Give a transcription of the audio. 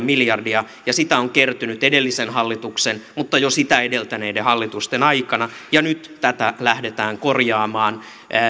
miljardia ja sitä on kertynyt edellisen hallituksen mutta jo sitä edeltäneiden hallitusten aikana ja nyt tätä lähdetään korjaamaan